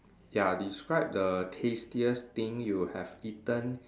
ya describe the tastiest thing you eaten